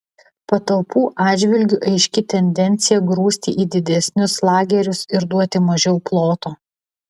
patalpų atžvilgiu aiški tendencija grūsti į didesnius lagerius ir duoti mažiau ploto